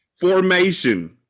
formation